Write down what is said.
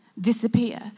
disappear